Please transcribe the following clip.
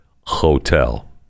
hotel